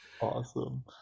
Awesome